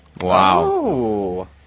Wow